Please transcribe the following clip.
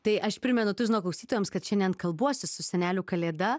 tai aš primenu tuzino klausytojams kad šiandien kalbuosi su seneliu kalėda